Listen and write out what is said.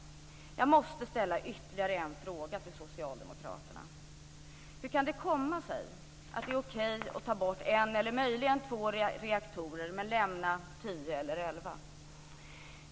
Jag måste ställa ytterligare en fråga till socialdemokraterna: Hur kan det komma sig att det är okej att ta bort en eller möjligen två reaktorer men lämna kvar tio eller elva?